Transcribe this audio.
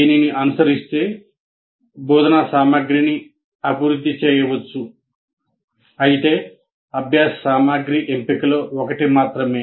దీనిని అనుసరిస్తే బోధనా సామగ్రిని అభివృద్ధి చేయవచ్చు అయితే అభ్యాస సామగ్రి ఎంపికలో ఒకటి మాత్రమే